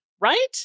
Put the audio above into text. right